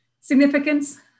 significance